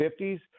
50s